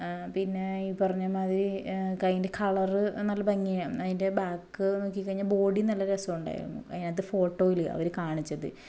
പിന്നെ ഈ പറഞ്ഞ മാതിരി അതിൻ്റെ കളർ നല്ല ഭംഗിയാണ് അതിൻ്റെ ബാക്ക് നോക്കി കഴിഞ്ഞാൽ അതിൻ്റെ ബോഡി നല്ല രസമുണ്ടായിരുന്നു അതിനകത്ത് ഫോട്ടോയിൽ അവർ കാണിച്ചത്